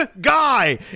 guy